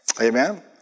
Amen